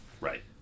Right